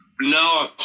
No